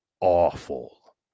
awful